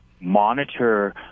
monitor